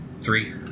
Three